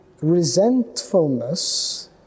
resentfulness